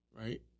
right